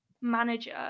manager